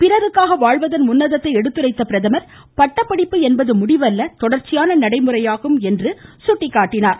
பிறருக்காக வாழ்வதன் உன்னதத்தை எடுத்துரைத்த பிரதமா் பட்டப்படிப்பு என்பது முடிவல்ல தொடர்ச்சியான நடைமுறையாகும் என்றார்